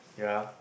ya